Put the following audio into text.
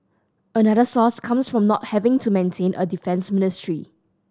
another source comes from not having to maintain a defence ministry